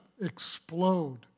explode